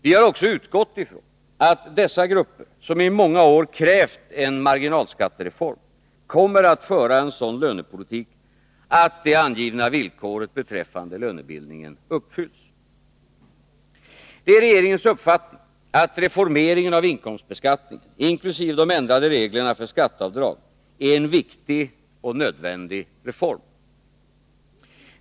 Vi har också utgått ifrån att dessa grupper, som under många år krävt en marginalskattereform, kommer att föra en sådan lönepolitik att de angivna villkoren beträffande lönebildningen uppfylls. Det är regeringens uppfattning att reformeringen av inkomstbeskattningen, inkl. de ändrade reglerna för skatteavdrag, är en viktig och nödvändig reform.